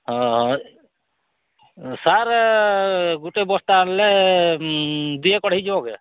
ହଁ ସାର୍ ଗୁଟେ ବସ୍ତା ଆଣିଲେ ଅଢ଼େଇ ଯିବ କେଁ